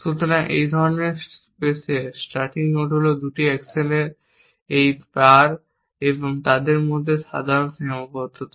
সুতরাং এই ধরনের স্পেসে স্টার্টিং নোড হল 2টি অ্যাকশনের এই প্যার এবং তাদের মধ্যে সাধারণ সীমাবদ্ধতা